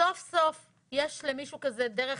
סוף סוף יש למישהו כזה דרך